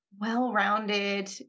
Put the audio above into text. well-rounded